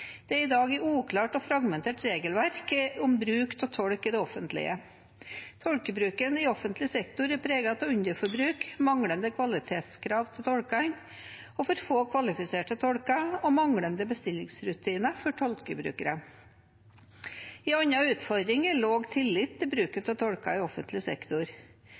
Det er i dag et uklart og fragmentert regelverk om bruk av tolk i det offentlige. Tolkebruken i offentlig sektor er preget av underforbruk, manglende kvalitetskrav til tolkene, for få kvalifiserte tolker og manglende bestillingsrutiner for tolkebrukere. En annen utfordring er lav tillit til bruken av tolker i offentlig sektor.